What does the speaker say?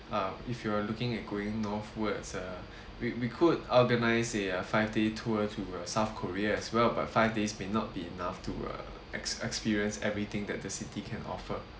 uh if you are looking at going northwards uh we we could organize a five day tour to uh south korea as well but five days may not be enough to uh ex~ experience everything that the city can offer